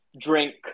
drink